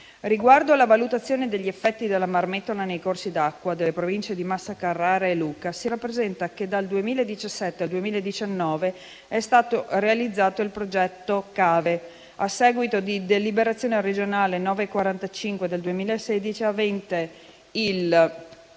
Riguardo alla valutazione degli effetti della marmettola nei corsi d'acqua delle Province di Massa Carrara e Lucca, si rappresenta che dal 2017 al 2019 è stato realizzato il progetto Cave a seguito di deliberazione regionale n. 945 del 2016, avente il principale